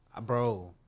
Bro